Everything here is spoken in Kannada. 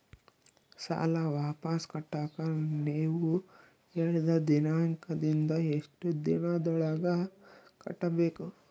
ಸಾಲ ವಾಪಸ್ ಕಟ್ಟಕ ನೇವು ಹೇಳಿದ ದಿನಾಂಕದಿಂದ ಎಷ್ಟು ದಿನದೊಳಗ ಕಟ್ಟಬೇಕು?